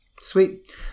sweet